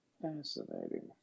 Fascinating